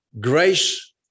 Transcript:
grace